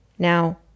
Now